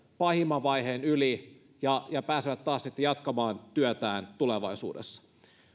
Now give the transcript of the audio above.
pahimman vaiheen yli ja ja pääsevät taas sitten jatkamaan työtään tulevaisuudessa